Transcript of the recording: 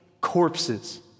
corpses